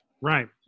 Right